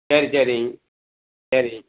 சரி சரி சரி